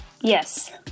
Yes